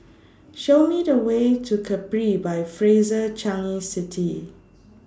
Show Me The Way to Capri By Fraser Changi City